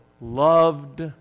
loved